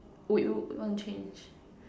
wanna change